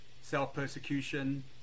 self-persecution